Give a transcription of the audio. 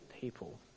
people